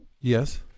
Yes